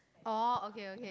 oh okay okay